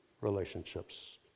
relationships